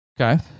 Okay